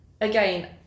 again